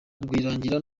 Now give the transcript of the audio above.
rwirangira